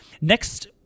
next